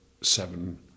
seven